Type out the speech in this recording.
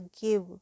give